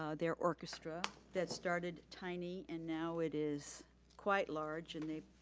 ah their orchestra. that started tiny and now it is quite large and they